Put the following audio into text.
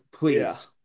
please